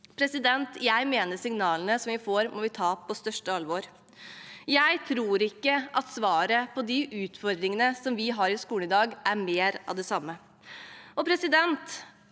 fremme. Jeg mener at de signalene vi får, må vi ta på største alvor. Jeg tror ikke at svaret på de utfordringene som vi har i skolen i dag, er mer av det samme. Høyre